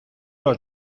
los